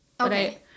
Okay